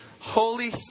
Holy